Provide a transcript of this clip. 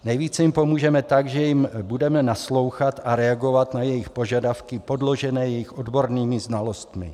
Nejvíce jim pomůžeme tak, že jim budeme naslouchat a reagovat na jejich požadavky podložené jejich odbornými znalostmi.